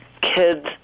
Kids